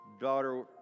daughter